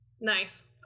Nice